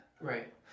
Right